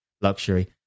luxury